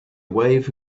wave